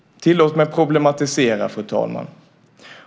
Tillåt mig problematisera, fru talman.